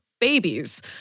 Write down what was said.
babies